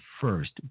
first